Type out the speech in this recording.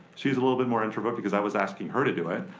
she's a little bit more introvert, because i was asking her to do it.